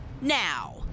now